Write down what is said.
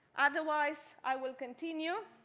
otherwise, i will continue.